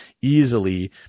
easily